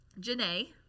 Janae